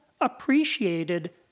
appreciated